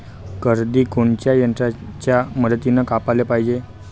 करडी कोनच्या यंत्राच्या मदतीनं कापाले पायजे?